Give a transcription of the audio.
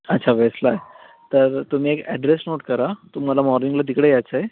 अच्छा वेस्टला आहे तर तुम्ही एक ॲड्रेस नोट करा तुम्हाला मॉर्निंगला तिकडे यायचं आहे